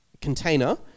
container